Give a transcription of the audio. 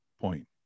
point